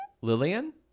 Lillian